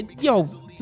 yo